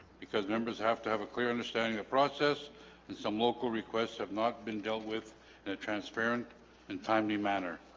because members have to have a clear understanding of process and some local requests have not been dealt with in a transparent and timely manner